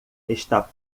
está